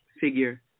figure